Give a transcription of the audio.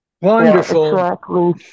Wonderful